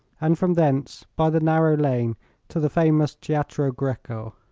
and from thence by the narrow lane to the famous teatro greco.